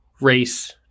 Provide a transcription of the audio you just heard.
race